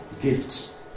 gifts